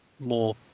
more